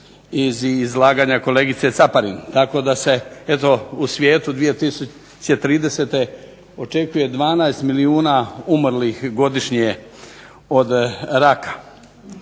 iz izlaganja kolegice Caparin, tako da se eto u svijetu 2030. očekuje 12 milijuna umrlih godišnje od raka.